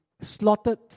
slaughtered